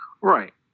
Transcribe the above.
right